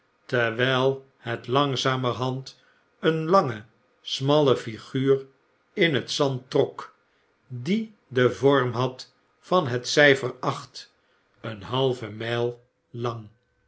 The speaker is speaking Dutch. terwyl hetlangzamerhandeenlangesmalle figuur in het zand trok die den vorm had van het cyfer acht een halve mijl lang